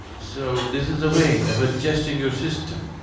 so this is a way of adjusting your system,